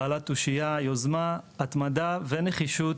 בעלת תושייה, יוזמה, התמדה ונחישות,